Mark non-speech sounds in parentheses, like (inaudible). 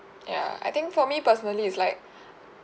ya I think for me personally it's like (breath)